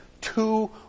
two